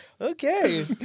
Okay